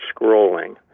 scrolling